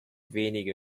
wenige